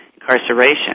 incarceration